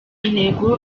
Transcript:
ntego